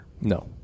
No